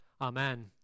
Amen